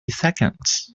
seconds